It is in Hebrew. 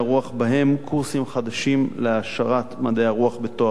ובהם קורסים חדשים להעשרת מדעי הרוח בתואר ראשון,